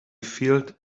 filled